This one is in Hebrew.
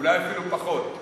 אולי אפילו פחות,